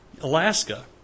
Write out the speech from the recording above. Alaska